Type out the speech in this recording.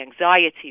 anxiety